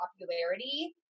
popularity